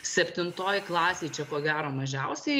septintoj klasėj čia ko gero mažiausiai